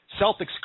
Celtics